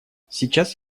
сейчас